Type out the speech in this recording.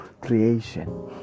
creation